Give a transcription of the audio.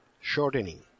shortening